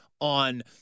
on